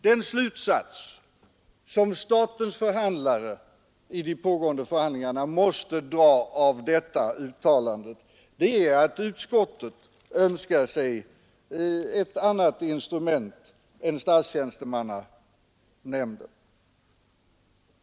Den slutsats som statens förhandlare i de pågående förhandlingarna måste dra av detta uttalande är att utskottet Önskar sig ett annat instrument än statstjänstenämnden.